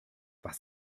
was